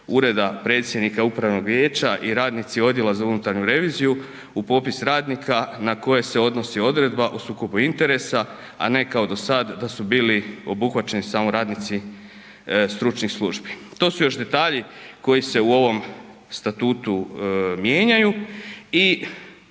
ureda predsjednika upravnog vijeća i radnici Odjela za unutarnju reviziju u popis radnika na koje se odnosi odredba o sukobu interesa a ne kao do sad da su bili obuhvaćeni samo radnici stručnih službi. To su još detalji koji se u ovom statutu mijenjaju i